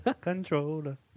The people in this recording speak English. Controller